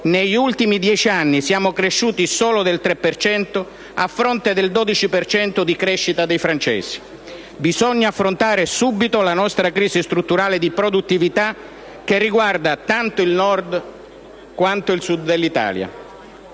negli ultimi 10 anni siamo cresciuti solo del 3 per cento, a fronte del 12 per cento di crescita dei francesi. Bisogna affrontare subito la nostra crisi strutturale di produttività, che riguarda tanto il Nord, quanto il Sud dell'Italia.